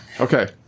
okay